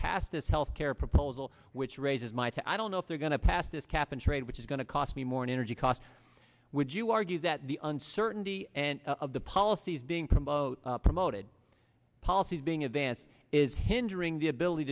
pass this health care proposal which raises might i don't know if they're going to pass this cap and trade which is going to cost me more in energy cost would you argue that the uncertainty and of the policies being promoted policies being advanced is hindering the ability